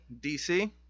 DC